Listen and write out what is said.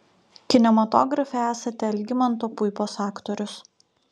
kinematografe esate algimanto puipos aktorius